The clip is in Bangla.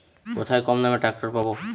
কোথায় কমদামে ট্রাকটার পাব?